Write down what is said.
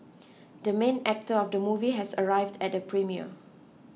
the main actor of the movie has arrived at the premiere